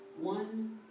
One